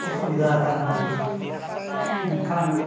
ᱚᱥᱩᱵᱤᱫᱷᱟᱣ ᱠᱟᱱᱟ ᱢᱮᱱᱛᱮ ᱢᱮᱱᱠᱷᱟᱱ